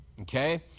okay